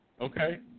Okay